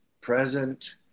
present